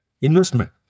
investment